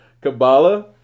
kabbalah